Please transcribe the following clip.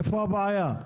איפה הבעיה?